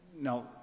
Now